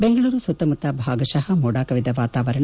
ಬೆಂಗಳೂರು ಸುತ್ತಮುತ್ತ ಭಾಗಶಃ ಮೋಡ ಕವಿದ ವಾತಾವರಣ